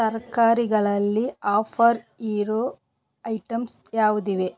ತರ್ಕಾರಿಗಳಲ್ಲಿ offer ಇರೋ items ಯಾವುದಿವೆ